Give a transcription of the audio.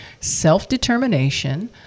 self-determination